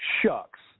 Shucks